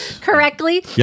correctly